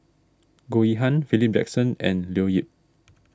Goh Yihan Philip Jackson and Leo Yip